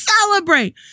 celebrate